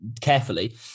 carefully